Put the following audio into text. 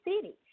city